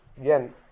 again